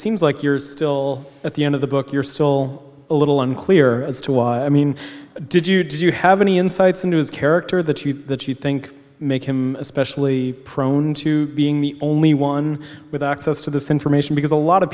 seems like you're still at the end of the book you're still a little unclear as to why i mean did you do you have any insights into his character that you that you think make him especially prone to being the only one with access to this information because a lot of